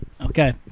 Okay